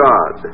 God